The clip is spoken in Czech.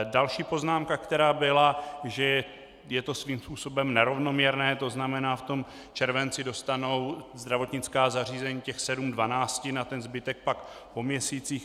Další poznámka, která byla, že je to svým způsobem nerovnoměrné, to znamená v červenci dostanou zdravotnická zařízení 7/12 a zbytek pak po měsících.